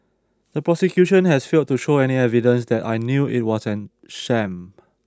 the prosecution has failed to show any evidence that I knew it was an sham